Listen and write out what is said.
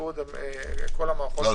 רובן